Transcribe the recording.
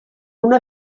una